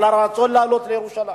על הרצון לעלות לירושלים.